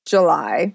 July